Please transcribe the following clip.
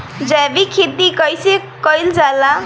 जैविक खेती कईसे कईल जाला?